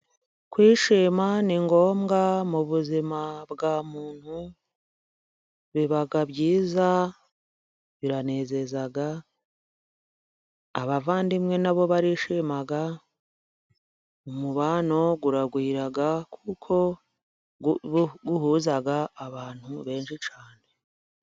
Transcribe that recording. Kwishima ni ngombwa mu buzima bwa muntu . Biba byiza ,biranezeza, abavandimwe na bo barishima. Umubano uragwira kuko uhuza abantu benshi cyane.